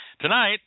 Tonight